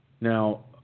Now